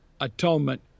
atonement